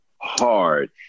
hard